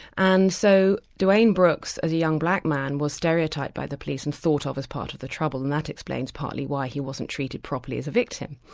and so dwayne brooks as a young black man, was stereotyped by the police and thought of as part of the trouble, and that explains partly why he wasn't treated properly as a victim.